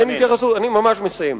אני ממש מסיים.